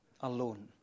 alone